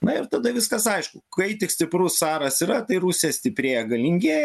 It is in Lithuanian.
na ir tada viskas aišku kai tik stiprus caras yra tai rusija stiprėja galingėja